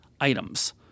items